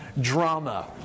drama